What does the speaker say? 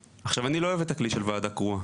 עכשיו, אני לא אוהב את הכלי של ועדה קרואה.